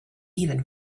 even